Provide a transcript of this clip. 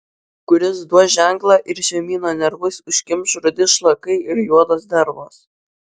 kuris duos ženklą ir žemyno nervus užkimš rudi šlakai ir juodos dervos